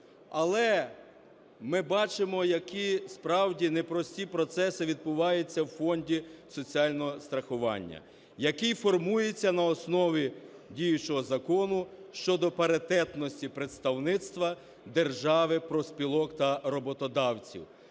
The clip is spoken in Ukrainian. Але ми бачимо, які справді непрості процеси відбуваються в Фонді соціального страхування, який формується на основі діючого Закону щодо паритетності представництва держави, профспілок та роботодавців.